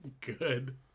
Good